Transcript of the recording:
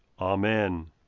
Amen